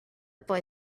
boy